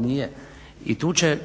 nije i tu će